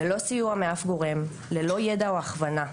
ללא סיוע מאף גורם, ללא ידע, או הכוונה,